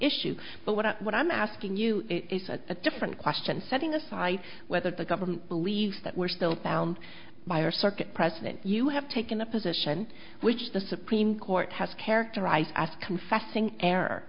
issue but what i what i'm asking you is a different question setting aside whether the government believes that we're still bound by our circuit precedent you have taken a position which the supreme court has characterized as confessing error